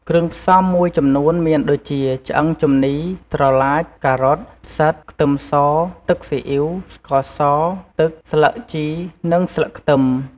គ្រឿងផ្សំមួយចំនួនមានដូចជាឆ្អឹងជំនី ត្រឡាច ការ៉ុត ផ្សិត ខ្ទឹមស ទឹកស៊ីអ៉ីវ ស្ករស ទឹក ស្លឹកជីនិងស្លឹកខ្ទឹម។